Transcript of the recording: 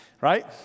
right